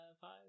Five